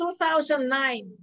2009